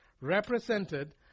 represented